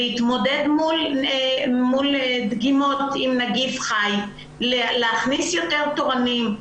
להתמודד מול דגימות עם נגיף חי ולהכניס יותר תורנים.